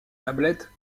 tablettes